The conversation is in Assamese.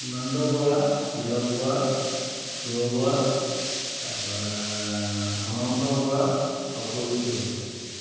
সীমান্ত বৰা তিলক বৰা শিৱ বৰা তাৰপৰা অনন্ত বৰা আৰু পবিত্ৰ বৰা